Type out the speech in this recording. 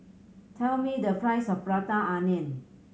tell me the price of Prata Onion